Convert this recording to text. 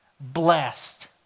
blessed